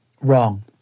wrong